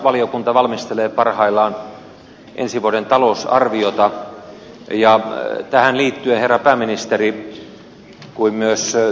valtiovarainvaliokunta valmistelee parhaillaan ensi vuoden talousarviota ja tähän liittyen herra pääministeri kuin myös työministeri saanko hetken huomionne